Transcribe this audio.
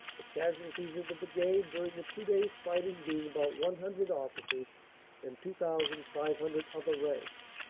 the casualties of the brigade during the two days' fighting being about one hundred officers and two thousand five hundred other ranks.